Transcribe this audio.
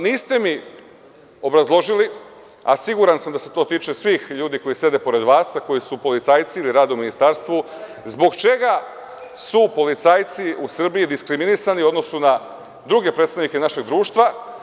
Niste mi obrazložili, a siguran sam da se to tiče svih ljudi koji sede pored vas, koji su policajci ili rade u Ministarstvu, zbog čega su policajci u Srbiji diskriminisani u odnosu na druge predstavnike našeg društva?